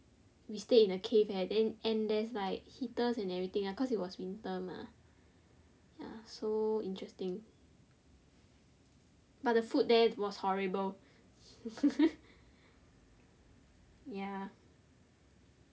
we stayed in a cave leh then and there's like heaters and everything ah cause it was winter mah ya so interesting but the food there was horrible ya